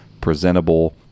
presentable